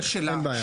אין בעיה.